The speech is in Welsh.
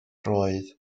roedd